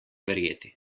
verjeti